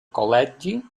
col·legi